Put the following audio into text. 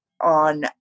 on